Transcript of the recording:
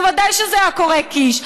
בוודאי שזה היה קורה, קיש.